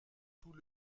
tout